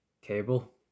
Cable